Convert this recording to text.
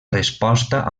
resposta